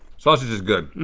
sausage is good.